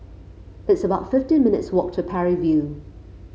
it's about fifty minutes' walk to Parry View